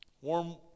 Warm